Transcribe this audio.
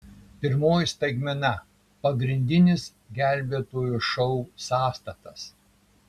pirmoji staigmena pagrindinis gelbėtojų šou sąstatas